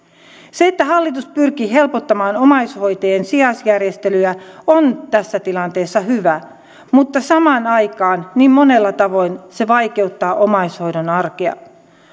se että hallitus pyrkii helpottamaan omaishoitajien sijaisjärjestelyä on tässä tilanteessa hyvä asia mutta samaan aikaan niin monella tavoin se vaikeuttaa omaishoidon arkea